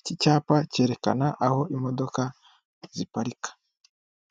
Iki cyapa cyerekana aho imodoka ziparika.